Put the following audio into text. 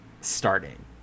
starting